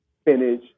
spinach